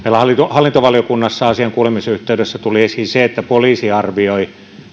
hallintovaliokunnassa asian kuulemisen yhteydessä tuli esiin se että poliisi arvioi